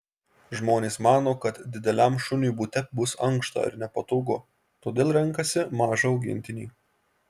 žmonės mano kad dideliam šuniui bute bus ankšta ir nepatogu todėl renkasi mažą augintinį